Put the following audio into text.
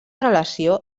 relació